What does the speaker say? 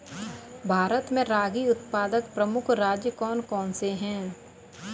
भारत में रागी उत्पादक प्रमुख राज्य कौन कौन से हैं?